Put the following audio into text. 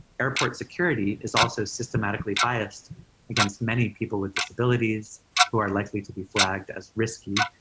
airports security is also systematically biased against many people with disabilities who are likely to be flagged as risky,